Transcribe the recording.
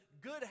good